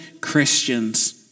Christians